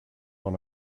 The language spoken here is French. dans